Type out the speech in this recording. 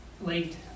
late